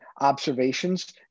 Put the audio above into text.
observations